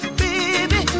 baby